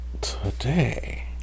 today